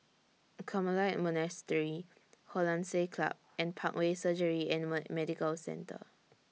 Carmelite Monastery Hollandse Club and Parkway Surgery and Medical Centre